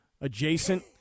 adjacent